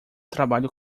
trabalho